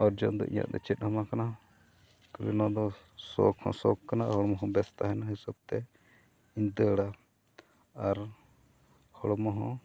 ᱚᱨᱡᱚᱱ ᱫᱚ ᱤᱧᱟᱹᱜ ᱫᱚ ᱪᱮᱫᱦᱚᱸ ᱵᱟᱝ ᱠᱟᱱᱟ ᱠᱷᱟᱞᱤ ᱱᱚᱣᱟᱫᱚ ᱥᱚᱠᱷ ᱦᱚᱸ ᱥᱚᱠᱷ ᱠᱟᱱᱟ ᱦᱚᱲᱢᱚ ᱦᱚᱸ ᱵᱮᱥ ᱛᱟᱦᱮᱱᱟ ᱦᱤᱥᱟᱹᱵᱽᱛᱮ ᱤᱧ ᱫᱟᱹᱲᱟ ᱟᱨ ᱦᱚᱲᱢᱚ ᱦᱚᱸ